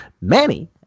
Manny